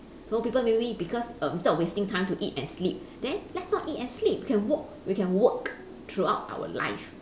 so people maybe because erm wasting time to eat and sleep then let's not eat and sleep we can work we can work throughout our life